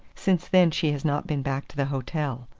since then she has not been back to the hotel.